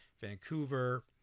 Vancouver